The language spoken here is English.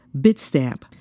Bitstamp